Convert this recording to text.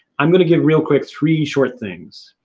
i'm going to give real quick three short things.